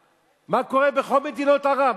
מה קורה בכל מדינות ערב,